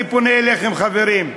אני פונה אליכם, חברים,